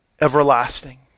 everlasting